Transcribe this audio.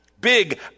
Big